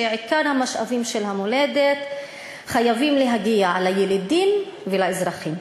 אומרים שעיקר המשאבים של המולדת חייבים להגיע לילידים ולאזרחים.